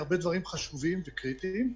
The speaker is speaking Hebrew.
הרבה דברים חשובים וקריטיים,